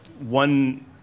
one